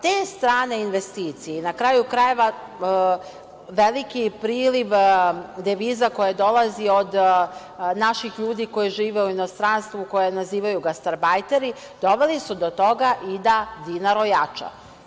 Te strane investicije, na kraju krajeva, veliki priliv deviza koje dolaze od naših ljudi koji žive u inostranstvu koje nazivaju gastarbajteri, doveli su do toga i da dinar ojača.